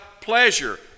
pleasure